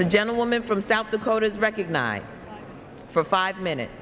the gentlewoman from south dakota is recognized for five minutes